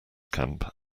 camp